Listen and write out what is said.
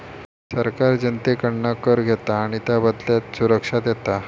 सरकार जनतेकडना कर घेता आणि त्याबदल्यात सुरक्षा देता